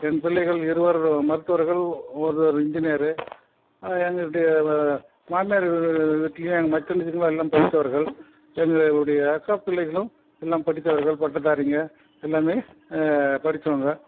என் பிள்ளைகள் இருவர் மருத்துவர்கள் ஒருவர் இன்ஜினியரு எங்களுடைய மாமியார் வீட்லேயும் எங்கள் மச்சினர்கள் எல்லாம் படித்தவர்கள் எங்களுடைய அக்கா பிள்ளைகளும் எல்லாம் படித்தவர்கள் பட்டதாரிங்க எல்லாமே படித்தவுங்க